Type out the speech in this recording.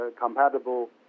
compatible